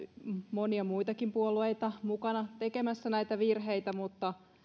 monia muitakin puolueita mukana tekemässä näitä virheitä mutta